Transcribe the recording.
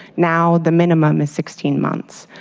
now the minimum is sixteen months.